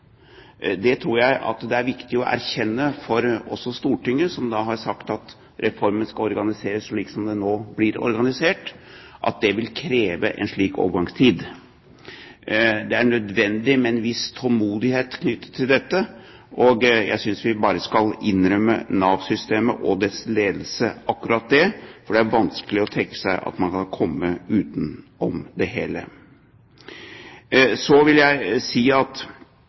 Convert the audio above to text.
Det tror jeg at det er viktig å erkjenne også for Stortinget, som har sagt at reformen skal organiseres slik som den nå blir organisert, at det vil kreve en slik overgangstid. Det er nødvendig med en viss tålmodighet knyttet til dette, og jeg synes vi bare skal innrømme Nav-systemet og dets ledelse akkurat det, for det er vanskelig å tenke seg at man kan komme utenom det hele. Så vil jeg si at